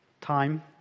Time